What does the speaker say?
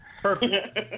Perfect